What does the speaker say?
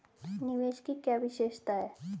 निवेश की क्या विशेषता है?